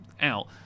out